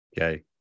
Okay